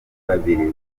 babiri